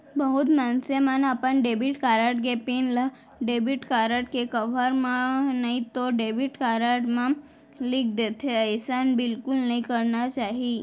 बहुत मनसे मन अपन डेबिट कारड के पिन ल डेबिट कारड के कवर म नइतो डेबिट कारड म लिख देथे, अइसन बिल्कुल नइ करना चाही